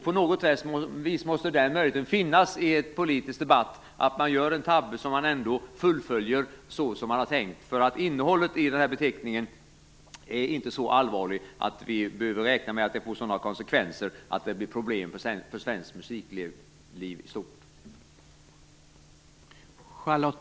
På något vis måste den möjligheten finnas i en politisk debatt att man gör en tabbe som man ändå fullföljer så som man har tänkt. Innehållet i beteckningen är inte så allvarlig att vi behöver räkna med att den får sådana konsekvenser att det blir problem för svenskt musikliv i stort.